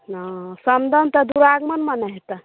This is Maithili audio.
नहि समदाउन तऽ द्विरागमणमे ने हेतै